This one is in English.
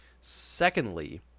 Secondly